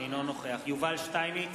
אינו נוכח יובל שטייניץ,